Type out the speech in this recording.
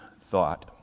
thought